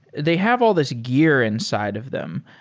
they have all this gear inside of them.